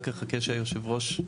כבוד יושב הראש,